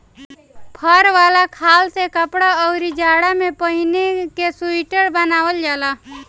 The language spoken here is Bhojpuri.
फर वाला खाल से कपड़ा, अउरी जाड़ा में पहिने के सुईटर बनावल जाला